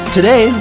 Today